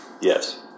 Yes